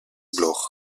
bloch